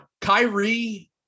Kyrie